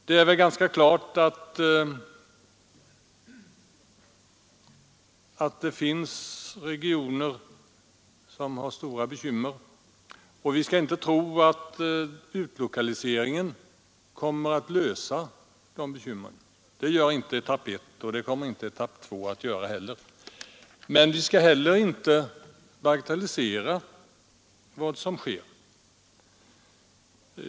Det är klart att det finns regioner som har stora bekymmer med näringsliv och sysselsättning och vi skall inte tro att utlokaliseringen, vare sig med etapp 1 eller etapp 2, kommer att lösa dessa problem. Men vi skall inte heller bagatellisera vad som sker.